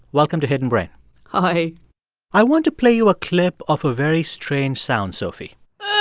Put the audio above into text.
welcome to hidden brain hi i want to play you a clip of a very strange sound, sophie